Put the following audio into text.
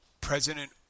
President